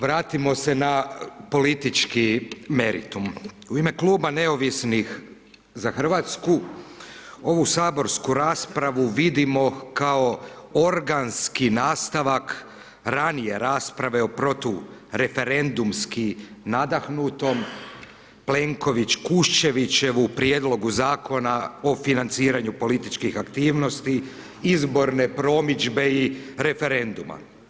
Vratimo se na politički meritum, u ime Kluba Neovisnih za Hrvatsku, ovu saborsku raspravu, vidimo kao organski nastanak, ranije rasprave o protureferendumski nadahnutom Plenković Kuščević prijedlogu zakona o financiraju političkih aktivnosti, izborne promidžbe i referenduma.